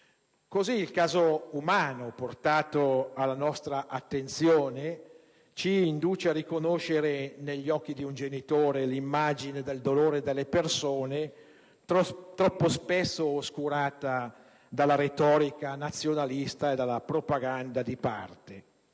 Così, il caso umano portato alla nostra attenzione ci induce a riconoscere, negli occhi di un genitore, l'immagine del dolore delle persone troppo spesso oscurata dalla retorica nazionalista e dalla propaganda di parte.